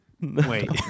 wait